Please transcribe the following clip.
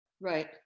Right